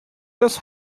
this